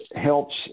Helps